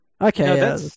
Okay